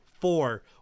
four